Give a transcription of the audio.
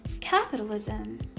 capitalism